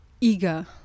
eager